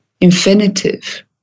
infinitive